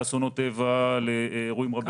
לאסונות טבע ולאירועים רבים.